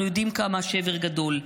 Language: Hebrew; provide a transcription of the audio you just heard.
ואנחנו יודעים כמה השבר גדול.